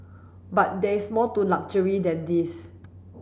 but there is more to luxury than these